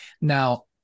now